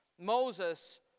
Moses